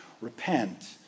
Repent